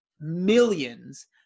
millions